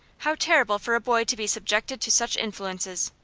how terrible for a boy to be subjected to such influences.